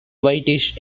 whitish